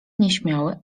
nieśmiały